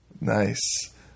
nice